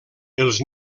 els